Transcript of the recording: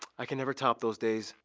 i can never top those days.